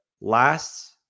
last